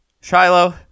Shiloh